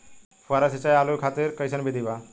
फुहारा सिंचाई आलू खातिर कइसन विधि बा?